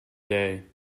day